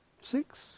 Six